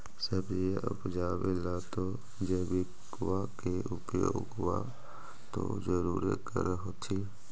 सब्जिया उपजाबे ला तो जैबिकबा के उपयोग्बा तो जरुरे कर होथिं?